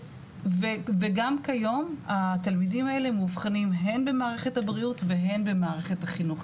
וגם כיום התלמידים האלה מאובחנים הן במערכת הבריאות והן במערכת החינוך,